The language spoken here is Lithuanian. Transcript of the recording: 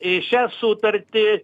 į šią sutartį